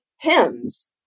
hymns